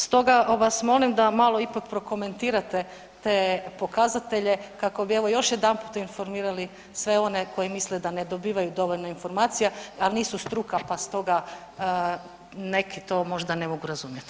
Stoga vas molim da malo ipak prokomentirate te pokazatelje, kako bi evo, još jedanput informirali sve one koji misle da ne dobivaju dovoljno informacija, a nisu struka pa stoga neki to možda ne mogu razumjeti.